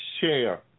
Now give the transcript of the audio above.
share